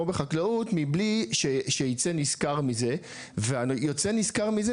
בחקלאות מבלי שייצא נשכר מזה ויוצא נשכר מזה,